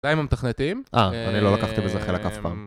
זה היה עם המתכנתים אה, אני לא לקחתי בזה חלק אף פעם